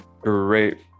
great